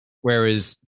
Whereas